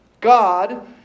God